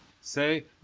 Say